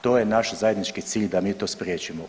To je naš zajednički cilj da mi to spriječimo.